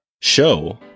show